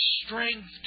strength